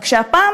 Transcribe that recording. רק שהפעם